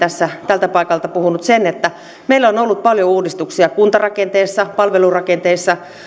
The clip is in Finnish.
tältä paikalta puhunut siitä että meillä on ollut paljon uudistuksia kuntarakenteessa palvelurakenteissa